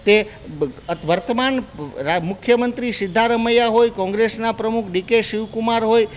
તે વર્તમાન મુખ્યમંત્રી સિદ્ધારમૈયા હોય કોંગ્રેસના પ્રમુખ ડિકે શિવકુમાર હોય